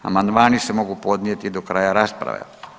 Amandmani se mogu podnijeti do kraja rasprave.